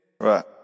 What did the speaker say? Right